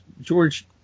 george